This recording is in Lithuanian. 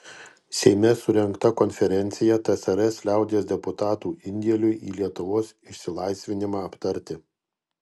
seime surengta konferencija tsrs liaudies deputatų indėliui į lietuvos išsilaisvinimą aptarti